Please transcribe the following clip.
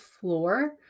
floor